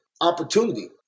opportunity